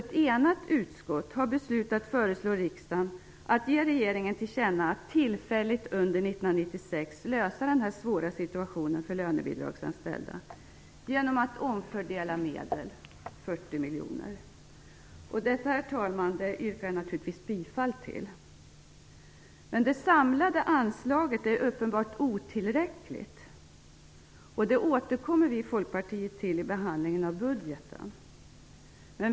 Ett enigt utskott har beslutat att föreslå riksdagen att ge regeringen till känna att tillfälligt under 1996 lösa den svåra situationen för lönebidragsanställda genom en omfördelning av medel, 40 miljoner kronor. Och detta, herr talman, yrkar jag naturligtvis bifall till. Men det samlade anslaget är uppenbart otillräckligt. Det återkommer vi i Folkpartiet till vid behandlingen av budgeten.